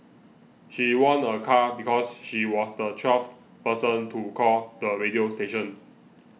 she won a car because she was the twelfth person to call the radio station